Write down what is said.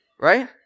right